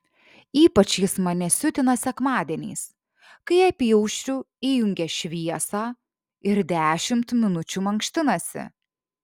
ypač jis mane siutina sekmadieniais kai apyaušriu įjungia šviesą ir dešimt minučių mankštinasi